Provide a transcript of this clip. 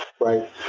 right